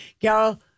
Y'all